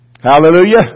Hallelujah